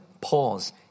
pause